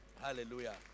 Hallelujah